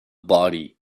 body